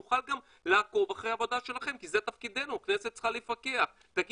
נוכל גם לעקוב אחרי העבודה שלכם כי זה תפקידנו,